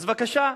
אז בבקשה.